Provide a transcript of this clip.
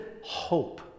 hope